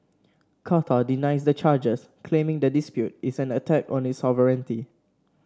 Qatar denies the charges claiming the dispute is an attack on its sovereignty